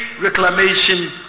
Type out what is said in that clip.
reclamation